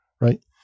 right